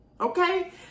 Okay